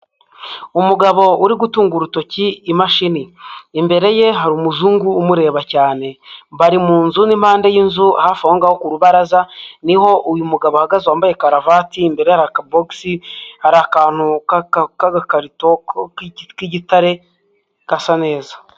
Umugabo uri gutunga urutoki imashini, imbere ye hari umuzungu umureba cyane, bari mu nzu n'impande y'inzu, hafi aho ngaho ku rubaraza, niho uyu mugabo ahagaze wambaye karuvati, imbere ye hari akabokisi, hari akantu k'agakarito k'igitare, gasa neza.